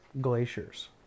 glaciers